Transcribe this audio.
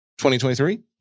2023